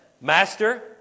Master